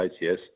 yes